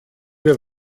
wir